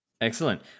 excellent